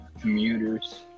commuters